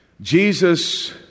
Jesus